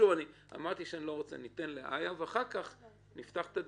סנ"צ איה גורצקי, בבקשה.